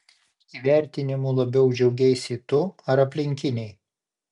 įvertinimu labiau džiaugeisi tu ar aplinkiniai